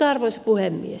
arvoisa puhemies